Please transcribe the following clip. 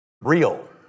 real